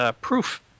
proof